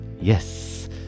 Yes